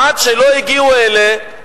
עד שלא הגיעו אלה,